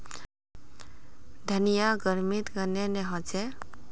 धनिया गर्मित कन्हे ने होचे?